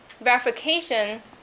verification